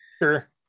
Sure